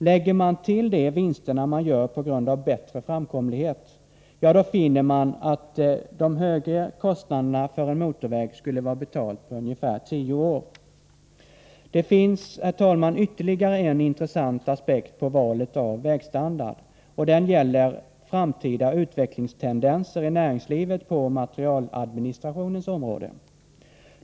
Lägger man till det vinsterna som görs på grund av bättre framkomlighet, finner man att de högre kostnaderna för en motorväg skulle vara betalda på ungefär tio år. Det finns, herr talman, ytterligare en intressant aspekt på valet av vägstandard, och den gäller framtida utvecklingstendenser i näringslivet på materialadministrationens område.